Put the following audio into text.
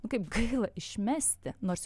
nu kaip gaila išmesti nors